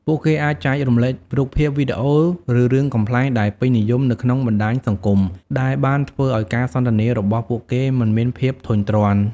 ពួកគេអាចចែករំលែករូបភាព វីដេអូ ឬរឿងកំប្លែងដែលពេញនិយមនៅក្នុងបណ្ដាញសង្គមដែលបានធ្វើឲ្យការសន្ទនារបស់ពួកគេមិនមានភាពធុញទ្រាន់។